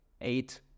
eight